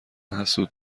حسود